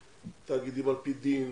תאגידים על פי דין,